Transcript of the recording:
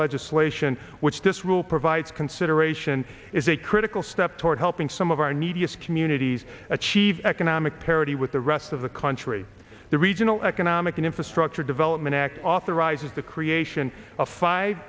legislation which this rule provides consideration is a critical step toward helping some of our neediest communities achieve economic parity with the rest of the country the regional economic and infrastructure development act authorizes the creation of five